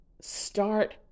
start